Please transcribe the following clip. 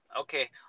Okay